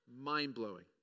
Mind-blowing